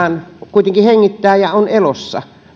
kuitenkin hengittää ja on elossa